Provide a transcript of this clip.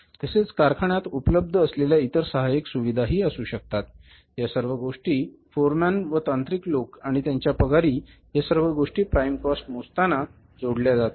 तसेच कारखान्यात उपलब्ध असलेल्या इतर सहाय्यक सुविधा हि असू शकतात या सर्व गोष्टी फोरमॅन व तांत्रिक लोक आणि त्यांच्या पगारी या सर्व गोष्टी प्राइम कॉस्ट मोजताना त्यात जोडल्या जातात